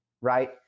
right